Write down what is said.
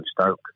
Stoke